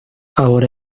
ahora